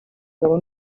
gabo